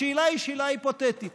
השאלה היא שאלה היפותטית: